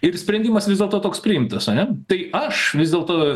ir sprendimas vis dėlto toks priimtas ane tai aš vis dėlto